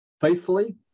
faithfully